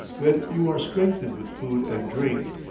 when you are strengthened with food and drink,